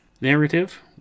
narrative